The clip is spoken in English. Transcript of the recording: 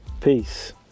peace